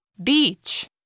Beach